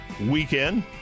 Weekend